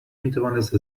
میتوانست